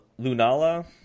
Lunala